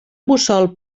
mussol